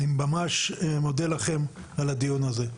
אני ממש מודה לכם על הדיון הזה.